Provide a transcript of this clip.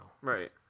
right